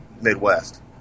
midwest